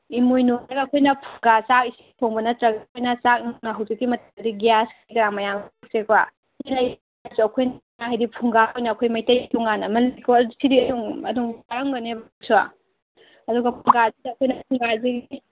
ꯏꯃꯣꯏꯅꯨ ꯍꯥꯏꯔ ꯑꯩꯈꯣꯏꯅ ꯐꯨꯡꯒꯥ ꯆꯥꯛ ꯏꯁꯤꯡ ꯊꯣꯡꯕ ꯅꯠꯇ꯭ꯔꯒ ꯑꯩꯈꯣꯏꯅ ꯍꯧꯖꯤꯛꯀꯤ ꯃꯇꯝꯗꯗꯤ ꯒ꯭ꯌꯥꯁ ꯀꯩꯀꯥ ꯃꯌꯥꯝꯁꯦꯀꯣ ꯑꯩꯈꯣꯏꯅ ꯍꯥꯏꯗꯤ ꯐꯨꯡꯒꯥ ꯑꯣꯏꯅ ꯑꯩꯈꯣꯏ ꯃꯩꯇꯩꯒꯤ ꯇꯣꯉꯥꯟꯅ ꯑꯃ ꯑꯗꯨꯝ ꯇꯥꯔꯝꯒꯅꯦꯕ ꯁꯤꯁꯨ ꯑꯗꯨꯒ ꯐꯨꯡꯒꯥꯁꯤꯗ ꯑꯩꯈꯣꯏꯅ ꯐꯨꯡꯒꯥꯁꯤꯒꯤ